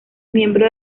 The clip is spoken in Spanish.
miembro